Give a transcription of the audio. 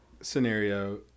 scenario